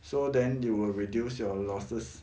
so then they will reduce your losses